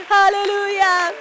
hallelujah